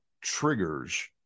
triggers